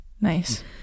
Nice